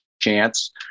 chance